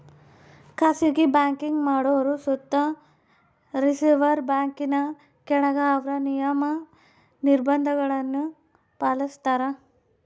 ಖಾಸಗಿ ಬ್ಯಾಂಕಿಂಗ್ ಮಾಡೋರು ಸುತ ರಿಸರ್ವ್ ಬ್ಯಾಂಕಿನ ಕೆಳಗ ಅವ್ರ ನಿಯಮ, ನಿರ್ಭಂಧಗುಳ್ನ ಪಾಲಿಸ್ತಾರ